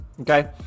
Okay